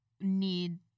need